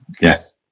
Yes